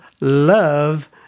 love